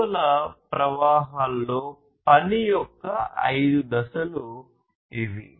విలువ ప్రవాహాలలో పని యొక్క ఐదు దశలు ఇవి